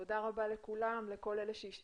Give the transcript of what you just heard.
תודה רבה לכל המשתתפים,